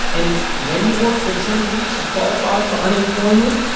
and when you worked for ten weeks, you qualified for unemployment.